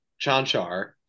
Chanchar